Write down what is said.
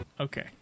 Okay